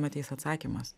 ateis atsakymas